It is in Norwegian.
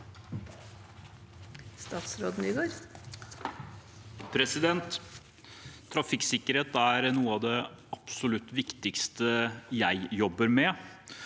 Trafikksikker- het er noe av det absolutt viktigste jeg jobber med,